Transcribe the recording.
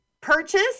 purchase